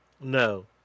No